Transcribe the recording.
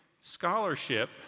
scholarship